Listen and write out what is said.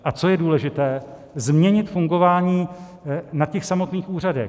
A co je důležité změnit fungování na těch samotných úřadech.